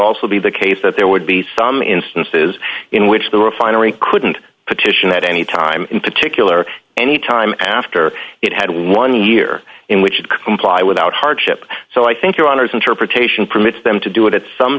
also be the case that there would be some instances in which the refinery couldn't petition at any time in particular any time after it had one year in which it comply without hardship so i think your honour's interpretation permits them to do it at some